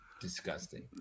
disgusting